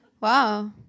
Wow